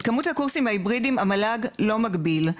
את כמות הקורסים ההיברידיים המל"ג לא מגביל,